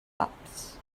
cups